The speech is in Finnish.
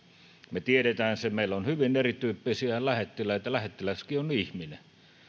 me tiedämme sen että meillä on hyvin erityyppisiä lähettiläitä lähettiläskin on ihminen